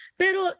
pero